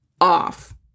off